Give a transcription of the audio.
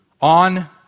on